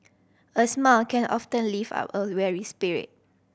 a smile can often lift up a weary spirit